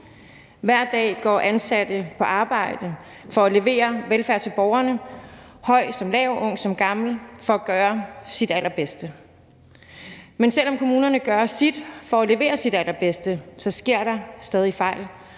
Hver dag går ansatte på arbejde for at levere velfærd til borgerne - høj som lav, ung som gammel – og gøre deres allerbedste. Men selv om kommunerne gør deres for at levere det allerbedste, sker der stadig fejl,